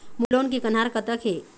मोर loan के कन्हार कतक हे?